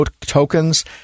tokens